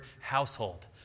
household